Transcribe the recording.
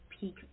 peak